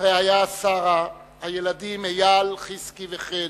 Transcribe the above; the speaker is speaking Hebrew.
הרעיה שרה, הילדים אייל, חזקי וחן,